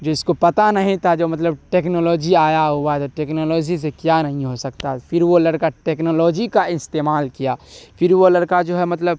جس کو پتہ نہیں تھا جو مطلب ٹیکنالوجی آیا ہوا ہے تو ٹیکنالوجی سے کیا نہیں ہو سکتا ہے پھر وہ لڑکا ٹیکنالوجی کا استعمال کیا پھر وہ لڑکا جو ہے مطلب